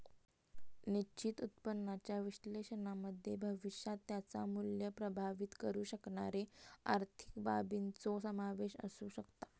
निश्चित उत्पन्नाच्या विश्लेषणामध्ये भविष्यात त्याचा मुल्य प्रभावीत करु शकणारे आर्थिक बाबींचो समावेश असु शकता